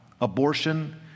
Abortion